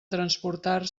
transportar